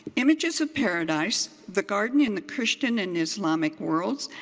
images of paradise the garden in the christian and islamic worlds.